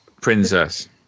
princess